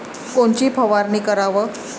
कोनची फवारणी कराव?